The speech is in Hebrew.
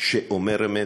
שאומר אמת,